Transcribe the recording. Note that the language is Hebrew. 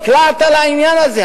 נקלעת לעניין הזה,